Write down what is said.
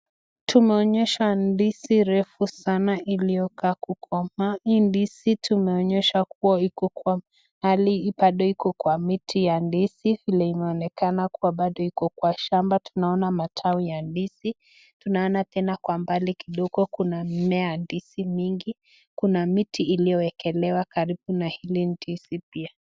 Tumeonyeshwa ndizi refu sana iliyokaa kukomaa, hii ndizi tumeonyeshwa kuwa iko mahali, bado iko kwa miti ya ndizi vile inaonekan kuwa bado iko kwa shamba tunaona matawi ya ndizi, tunaona kwa umbali kidogo kuna mimea ya ndizi mingi, kuna miti iliyowekelewa karibu na ndizi pia.